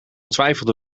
twijfelde